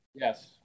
Yes